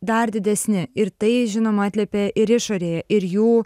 dar didesni ir tai žinoma atliepia ir išorėje ir jų